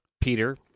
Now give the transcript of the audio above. Peter